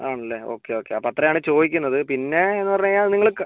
ആണ് അല്ലേ okay okay അപ്പം അത്രയാണ് ചോദിക്കുന്നത് പിന്നെ എന്ന് പറഞ്ഞു കഴിഞ്ഞാല് നിങ്ങൾക്ക്